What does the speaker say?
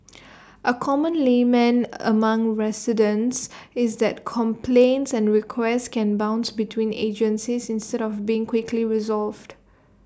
A common lament among residents is that complaints and requests can bounce between agencies instead of being quickly resolved